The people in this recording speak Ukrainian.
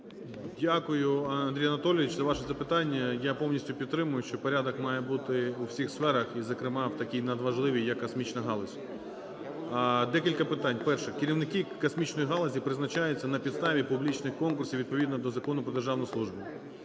Дякую, Андрій Анатолійович, за ваше запитання. Я повністю підтримую, що порядок має бути у всіх сферах і, зокрема, в такій надважливій як космічна галузь. Декілька питань. Перше. Керівники космічної галузі призначаються на підставі публічних конкурсів відповідно до Закону "Про державну службу".